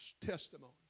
testimony